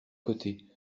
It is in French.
côtés